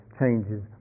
changes